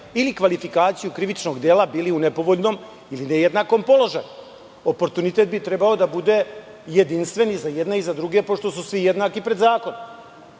ili kvalifikaciju krivično dela, bili u nepovoljnom ili nejednakom položaju. Oportunitet bi trebao da bude jedinstven i za jedne i za druge, pošto su svi jednaki pred zakonom.